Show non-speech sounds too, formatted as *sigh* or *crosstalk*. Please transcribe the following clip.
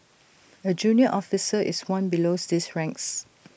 A junior officer is one below *unintelligible* these ranks